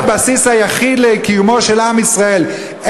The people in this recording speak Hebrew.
זה הבסיס היחיד לקיומו של עם ישראל.